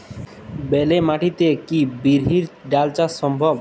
বেলে মাটিতে কি বিরির ডাল চাষ সম্ভব?